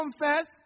confess